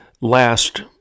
last